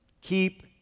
Keep